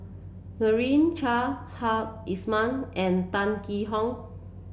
Meira Chand Hamed Ismail and Tan Yee Hong